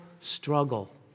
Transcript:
struggle